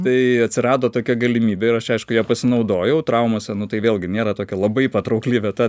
tai atsirado tokia galimybė ir aš aišku ja pasinaudojau traumose nu tai vėlgi nėra tokia labai patraukli vieta